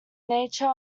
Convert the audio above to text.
nature